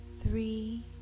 Three